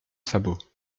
sabot